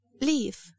leave